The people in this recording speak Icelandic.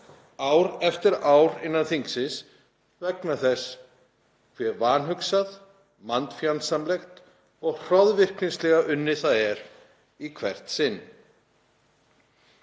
ár eftir ár innan þingsins vegna þess hve vanhugsað, mannfjandsamlegt og hroðvirknislega unnið það er í hvert sinn.